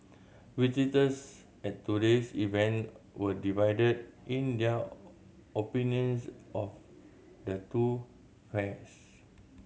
visitors at today's event were divided in their opinions of the two fairs